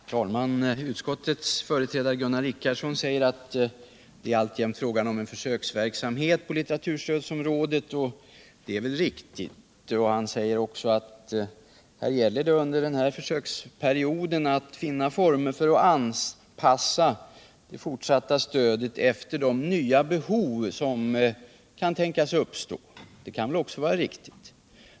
Herr talman! Utskottets företrädare Gunnar Richardson säger att det alltjämt är fråga om en försöksverksamhet på litteraturstödsområdet, och det är väl riktigt. Han säger också att det under försöksperioden gäller att finna former för att anpassa det fortsatta stödet efter de nya behov som kan tänkas uppstå, och även det är väl riktigt.